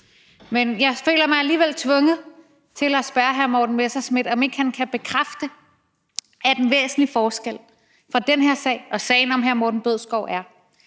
Men jeg føler mig alligevel tvunget til at spørge hr. Morten Messerschmidt, om ikke han kan bekræfte, at der er en væsentlig forskel mellem den her sag og sagen om hr. Morten Bødskov. Hr.